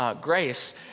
Grace